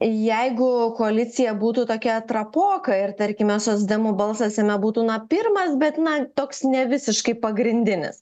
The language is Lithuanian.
jeigu koalicija būtų tokia trapoka ir tarkime socdemų balsas jame būtų na pirmas bet na toks ne visiškai pagrindinis